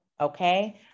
okay